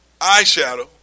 eyeshadow